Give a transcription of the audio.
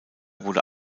wurde